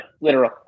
literal